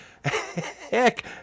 heck